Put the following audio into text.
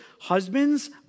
husbands